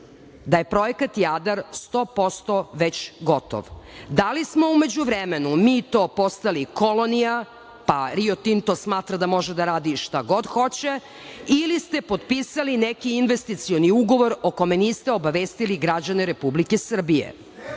da je Projekat "Jadar" sto posto već gotov? Da li smo u međuvremenu mi to postali kolonija, pa "Rio Tinto" smatra da može da radi šta god hoće, ili ste potpisali neki investicioni ugovor o kome niste obavestili građane Republike Srbije? Ponovo